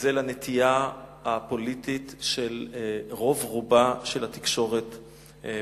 וזה הנטייה הפוליטית של רוב רובה של התקשורת בישראל.